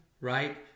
right